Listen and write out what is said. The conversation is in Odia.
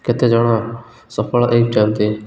କେତେ ଜଣ ସଫଳ ହେଇଛନ୍ତି